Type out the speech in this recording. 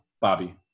Bobby